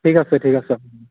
ঠিক আছে ঠিক আছে